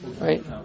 right